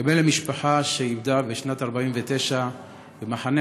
כבן למשפחה שאיבדה בשנת 1949 במחנה